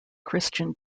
christian